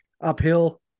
uphill